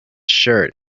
shirt